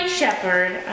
shepherd